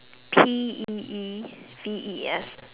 P E E V E S